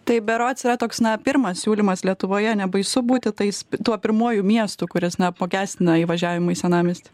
tai berods yra toks na pirmas siūlymas lietuvoje nebaisu būti tais tuo pirmuoju miestu kuris na apmokestina įvažiavimą į senamiestį